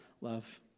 love